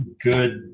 good